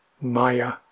Maya